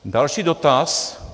Další dotaz...